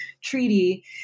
Treaty